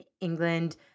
England